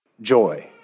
joy